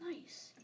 Nice